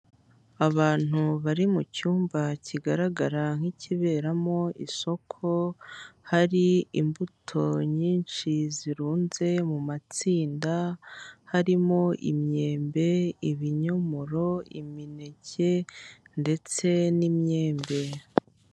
Abantu bari mu cyumba kigaragara nk'ikiberamo isoko, hari imbuto nyinshi zirunze mu matsinda, harimo imyembe, ibinyomoro, imineke ndetse n'imyembe.